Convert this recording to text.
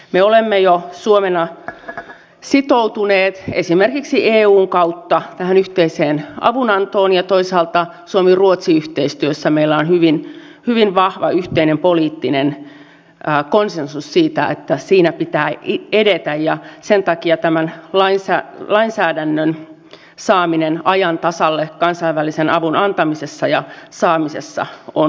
me olemme jo suomena sitoutuneet esimerkiksi eun kautta tähän yhteiseen avunantoon ja toisaalta suomiruotsi yhteistyössä meillä on hyvin vahva yhteinen poliittinen konsensus siitä että siinä pitää edetä ja sen takia tämän lainsäädännön saaminen ajan tasalle kansainvälisen avun antamisessa ja saamisessa on tärkeää